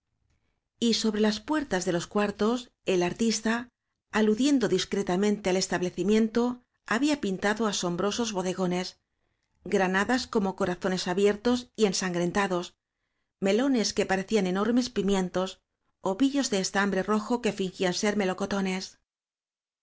y sobre las puertas de los cuartos el ar tista aludiendo discretamente al establecimien to había pintado asombrosos bodegones gra nadas como corazones abiertos y ensangren tados melones que parecían enormes pimien tos ovillos de estambre rojo que fingían ser melocotones